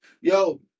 Yo